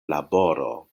laboro